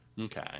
Okay